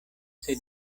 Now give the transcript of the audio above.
sed